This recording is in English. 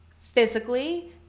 physically